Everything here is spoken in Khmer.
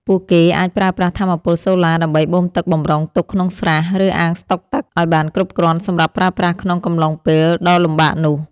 ពួកគេអាចប្រើប្រាស់ថាមពលសូឡាដើម្បីបូមទឹកបម្រុងទុកក្នុងស្រះ ឬអាងស្តុកទឹកឱ្យបានគ្រប់គ្រាន់សម្រាប់ប្រើប្រាស់ក្នុងកំឡុងពេលដ៏លំបាកនោះ។